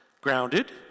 grounded